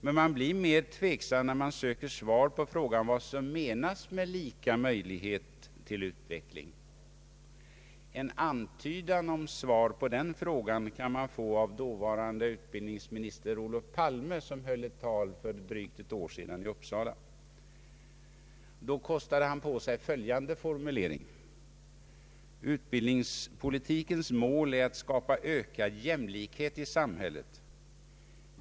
Men man blir tveksam, när man söker svar på frågan vad som menas med lika möjlighet till utveckling. En antydan om svaret på den frågan kan man få av dåvarande utbildningsminister Olof Palme som i ett tal i Uppsala för drygt ett år sedan kostade på sig följande formulering: ”Utbildningspolitikens mål är att skapa ökad jämlikhet i samhället.